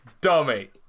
Dummy